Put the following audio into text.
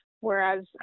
whereas